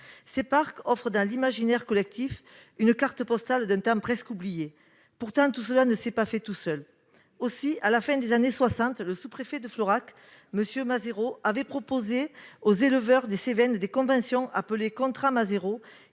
Ces parcs offrent, dans l'imaginaire collectif, une carte postale d'un temps presque oublié. Pourtant, tout cela ne s'est pas fait tout seul. À la fin des années 1960, le sous-préfet de Florac, M. Mazerot, avait proposé aux éleveurs des Cévennes des conventions, appelées « contrats Mazerot